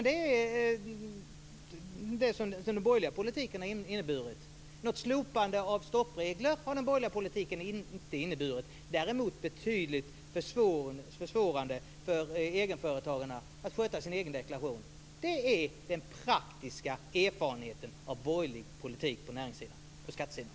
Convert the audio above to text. Det är vad den borgerliga politiken har inneburit. Något slopande av stoppregler har den borgerliga politiken inte inneburit. Däremot har den inneburit att det har blivit betydligt svårare för egenföretagarna att sköta sina egna deklarationer. Det är den praktiska erfarenheten av borgerlig politik på skattesidan.